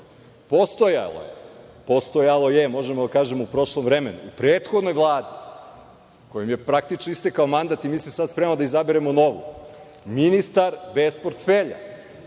postoji. Postojalo je, možemo da kažemo u prošlom vremenu, u prethodnoj Vladi, kojoj je praktično istekao mandat i mi se sada spremamo da izaberemo novu. Ministar bez portfelja